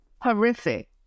horrific